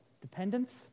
Dependence